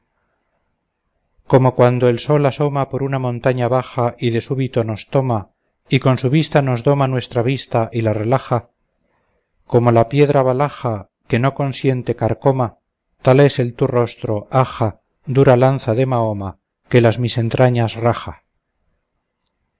como cuando el sol asoma por una montaña baja y de súbito nos toma y con su vista nos doma nuestra vista y la relaja como la piedra balaja que no consiente carcoma tal es el tu rostro aja dura lanza de mahoma que las mis entrañas raja